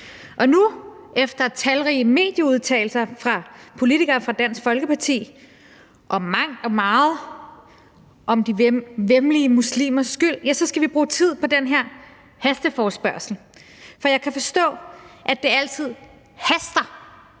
Og nu, efter talrige medieudtalelser fra politikere fra Dansk Folkeparti om mangt og meget, om de væmmelige muslimers skyld, ja, så skal vi bruge tid på den her hasteforespørgsel. For jeg kan forstå, at det altid haster,